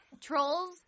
Trolls